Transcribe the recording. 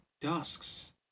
Dusks